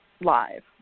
live